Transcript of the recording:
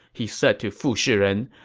he said to fu shiren.